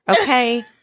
Okay